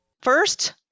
first